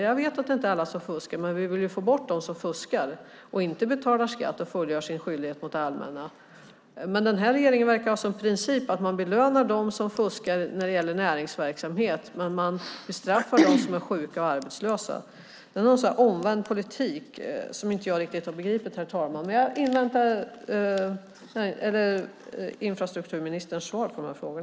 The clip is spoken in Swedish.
Jag vet att det inte är alla som fuskar, men vi vill få bort dem som fuskar och inte betalar sin skatt och fullgör sin skyldighet mot det allmänna. Denna regering verkar dock ha som princip att man belönar dem som fuskar när det gäller näringsverksamhet med bestraffar dem som är sjuka och arbetslösa. Det är någon sorts omvänd politik som jag inte riktigt har begripit, herr talman, men jag inväntar infrastrukturministerns svar på dessa frågor.